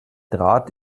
trat